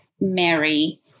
Mary